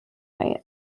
night